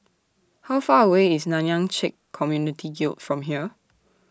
How Far away IS Nanyang Check Community Guild from here